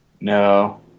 no